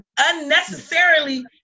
unnecessarily